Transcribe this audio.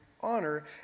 honor